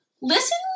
Listen